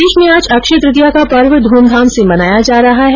प्रदेश में आज अक्षय तृतीया का पर्व ध्रमधाम से मनाया जा रहा है